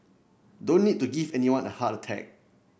don't need to give anyone a heart attack